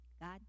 God